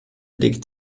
legt